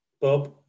Bob